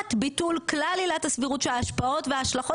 לעומת ביטול כלל עילת הסבירות של ההשפעות וההשלכות